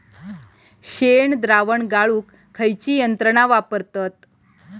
शेणद्रावण गाळूक खयची यंत्रणा वापरतत?